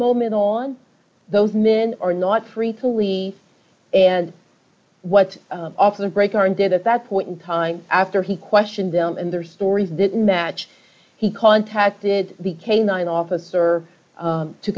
moment on those men are not free to leave and what's often break aren't good at that point in time after he questioned them and their stories didn't match he contacted the canine officer